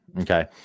Okay